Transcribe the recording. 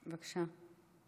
בבקשה.